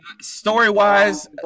Story-wise